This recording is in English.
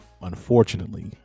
Unfortunately